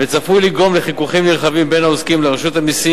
וצפוי לגרום לחיכוכים נרחבים בין העוסקים לרשות המסים